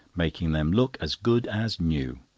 making them look as good as new.